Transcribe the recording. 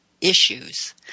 issues